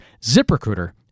ZipRecruiter